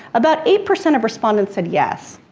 about eight percent of respondents said, yes.